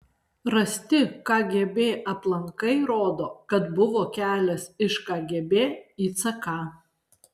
rasti kgb aplankai rodo kad buvo kelias iš kgb į ck